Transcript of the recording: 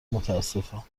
متاسفم